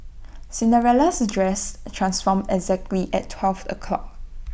Cinderella's dress transformed exactly at twelve o'clock